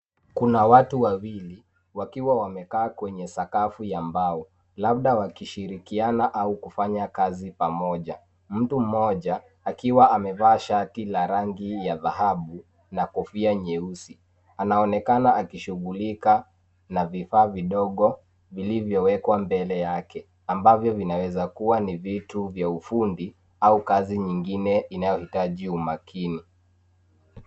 Kuna watu wawili wakiwa wamekaa kwenye sakafu ya mbao labda wakishirikiana au kufanya kazi pamoja. Mtu mmoja akiwa amevaa shati la rangi ya dhahabu na kofia nyeusi, anaonekana akishughulika na vifaa vidogo vilivyowekwa mbele yake, ambavyo vinaweza kuwa vitu vya ufundi au kazi nyingine inayohitaji umakini.